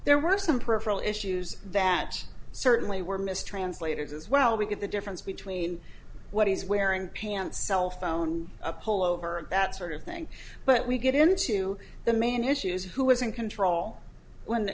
there were some peripheral issues that certainly were mistranslated as well we get the difference between what he's wearing pants cell phone pull over and that sort of thing but we get into the main issue is who was in control when